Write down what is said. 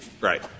Right